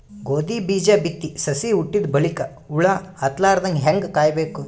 ಗೋಧಿ ಬೀಜ ಬಿತ್ತಿ ಸಸಿ ಹುಟ್ಟಿದ ಬಲಿಕ ಹುಳ ಹತ್ತಲಾರದಂಗ ಹೇಂಗ ಕಾಯಬೇಕು?